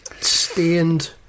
stained